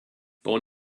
bon